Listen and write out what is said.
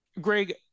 greg